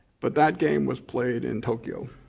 but that game was played in tokyo.